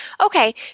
Okay